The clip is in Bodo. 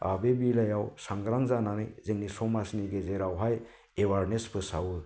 बे बेलायाव सांग्रां जानानै जोंनि समाजनि गेजेरावहाय एवारनेस फोसावो